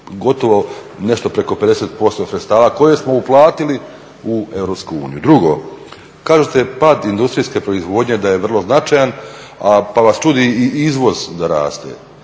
gotovo nešto preko 50% sredstava koja smo uplatiti u EU. Drugo, kažete pad industrijske proizvodnje da je vrlo značajan pa vas čudi i izvoz da raste.